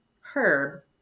herb